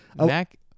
Mac